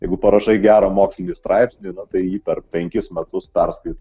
jeigu parašai gerą mokslinį straipsnį na tai jį per penkis metus perskaito